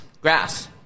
Grass